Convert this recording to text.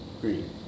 green